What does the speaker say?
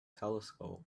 telescope